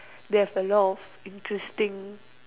they have a lot of interesting